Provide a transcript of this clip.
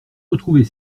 retrouver